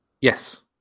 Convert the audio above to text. Yes